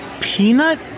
peanut